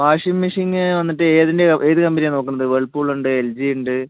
washing മെഷീന് വന്നിട്ട് ഏതിൻ്റെ ഏതു കമ്പനിയാണ് നോക്കുന്നത് വേൾപൂളുണ്ട് എൽ ജിയുണ്ട്